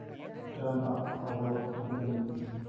Trump ᱟᱜ ᱠᱷᱚᱵᱚᱨ ᱩᱫᱩᱜ ᱟᱹᱧ ᱢᱮ